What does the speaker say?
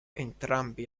entrambi